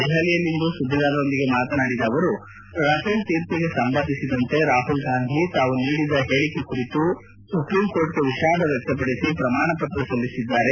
ದೆಹಲಿಯಲ್ಲಿಂದು ಸುದ್ದಿಗಾರರೊಂದಿಗೆ ಮಾತನಾಡಿದ ಅವರು ರಫೇಲ್ ತೀರ್ಪಿಗೆ ಸಂಬಂಧಿಸಿದಂತೆ ರಾಹುಲ್ ಗಾಂಧಿ ತಾವು ನೀಡಿದ್ದ ಹೇಳಿಕೆ ಕುರಿತು ಸುಪ್ರೀಂಕೋರ್ಟ್ಗೆ ವಿಷಾದ ವ್ಯಕ್ತಪಡಿಸಿ ಪ್ರಮಾಣ ಪತ್ರ ಸಲ್ಲಿಸಿದ್ದಾರೆ